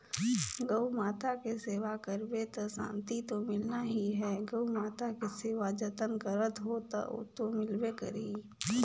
गउ माता के सेवा करबे त सांति तो मिलना ही है, गउ माता के सेवा जतन करत हो त ओतो मिलबे करही